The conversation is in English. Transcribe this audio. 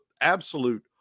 absolute